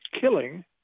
killing